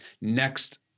next